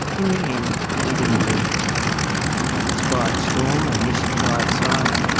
in the end we didn't do badly despite storm and misapplied science,